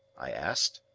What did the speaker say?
i asked.